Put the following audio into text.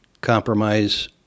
compromise